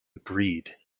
agreed